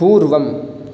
पूर्वम्